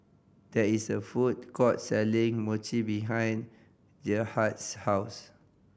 there is a food court selling Mochi behind Gerhard's house